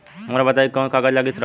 हमरा बताई कि कौन कागज लागी ऋण ला?